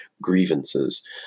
grievances